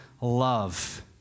love